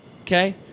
Okay